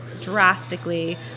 drastically